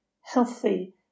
healthy